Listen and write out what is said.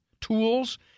tools